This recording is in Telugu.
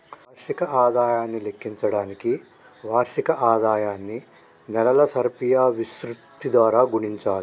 వార్షిక ఆదాయాన్ని లెక్కించడానికి వార్షిక ఆదాయాన్ని నెలల సర్ఫియా విశృప్తి ద్వారా గుణించాలి